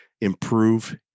improve